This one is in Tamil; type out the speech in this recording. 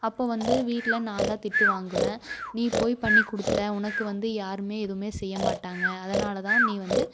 அப்போ வந்து வீட்டில் நான் தான் திட்டு வாங்குவேன் நீ போய் பண்ணிக் கொடுத்த உனக்கு வந்து யாரும் எதுவும் செய்யமாட்டாங்க அதனால் தான் நீ வந்து